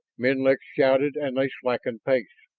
menlik shouted and they slackened pace.